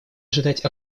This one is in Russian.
ожидать